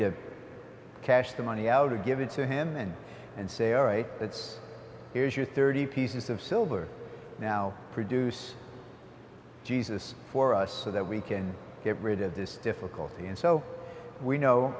to cash the money out to give it to him and and say all right let's here's your thirty pieces of silver now produce jesus for us so that we can get rid of this difficulty and so we know